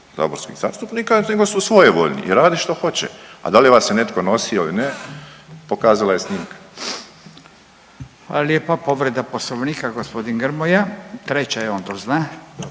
saborskih zastupnika nego su svojevoljni i rade što hoće a da li vas je netko nosio ili ne pokazala je snimka. **Radin, Furio (Nezavisni)** Hvala lijepo povreda Poslovnika, gospodin Grmoja, treća je on to zna.